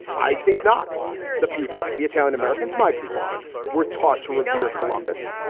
i think not the people. the italian americans. my people were taught to revere columbus,